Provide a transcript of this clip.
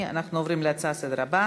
קיום תחרויות ספורט בשבת.